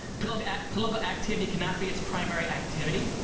political political activity cannot be its primary activity,